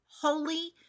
holy